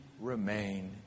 remain